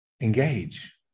engage